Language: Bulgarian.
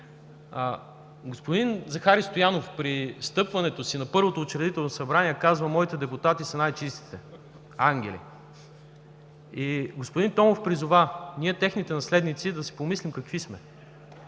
„Господин Захари Стоянов при встъпването си на първото учредително събрание казал: „Моите депутати са най-чистите – ангели“. И господин Томов призова ние техните наследници да си помислим какви сме.